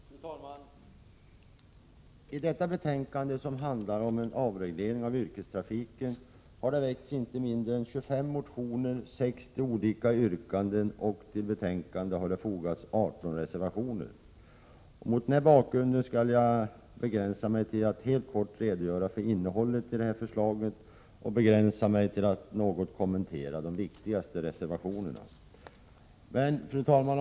Fru talman! I detta betänkande, som gäller en avreglering av yrkestrafiken, behandlas inte mindre än 25 motioner och 60 olika yrkanden, och till betänkandet har fogats 18 reservationer. Mot denna bakgrund skall jag begränsa mig till att helt kort redogöra för innehållet i förslagen och till att något kommentera de viktigaste reservationerna. Fru talman!